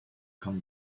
come